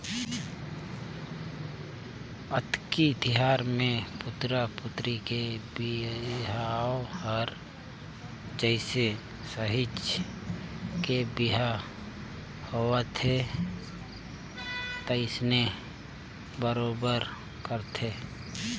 अक्ती तिहार मे पुतरा पुतरी के बिहाव हर जइसे सहिंच के बिहा होवथे तइसने बरोबर करथे